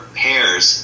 pairs